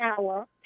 hour